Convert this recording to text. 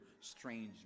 strange